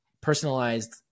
personalized